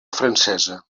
francesa